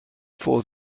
for